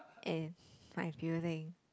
and my feeling